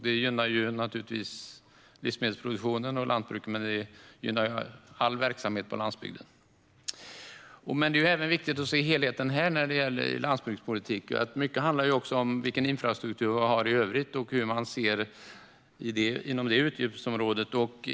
Detta gynnar naturligtvis livsmedelsproduktionen och lantbruket men även all annan verksamhet på landsbygden. Det är viktigt att se helheten när det gäller landsbygdspolitik, för mycket handlar om vilken infrastruktur vi har i övrigt och hur det ser ut inom det utgiftsområdet.